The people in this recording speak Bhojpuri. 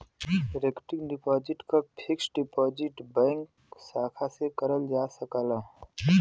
रेकरिंग डिपाजिट क फिक्स्ड डिपाजिट बैंक शाखा से करल जा सकला